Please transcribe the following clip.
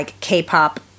K-pop